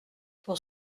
pour